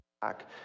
back